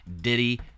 diddy